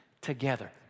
together